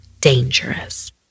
dangerous